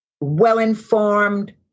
well-informed